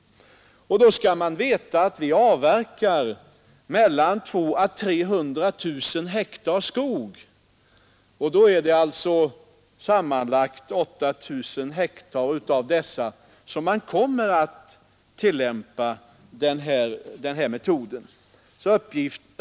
Då skall man veta att vi avverkar 200 000-300 000 hektar skog. På sammanlagt 8 000 hektar härav kommer alltså den här metoden att tillämpas.